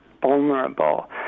vulnerable